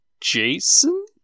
Jason